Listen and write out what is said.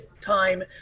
time